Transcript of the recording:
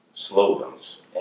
slogans